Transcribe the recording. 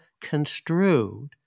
construed